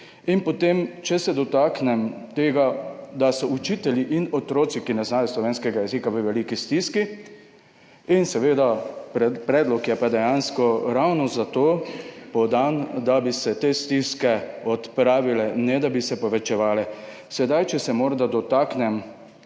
In potem, če se dotaknem tega, da so učitelji in otroci, ki ne znajo slovenskega jezika, v veliki stiski. In seveda predlog je pa dejansko ravno za to podan, da bi se te stiske odpravile in ne, da bi se povečevale. Sedaj, če se morda dotaknem